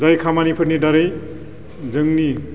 जाय खामानिफोरनि दारै जोंनि